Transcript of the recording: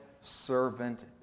servant